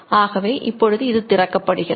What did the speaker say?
ஆகவே இப்பொழுது இது திறக்கப்படுகிறது